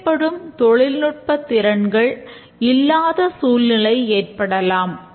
தேவைப்படும் தொழில்நுட்ப திறன்கள் இல்லாத சூழ்நிலை ஏற்படலாம்